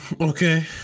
okay